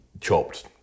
chopped